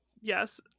yes